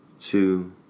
two